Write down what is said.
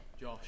Josh